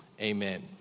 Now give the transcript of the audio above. Amen